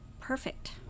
perfect